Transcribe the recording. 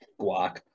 guac